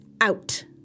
out